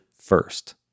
first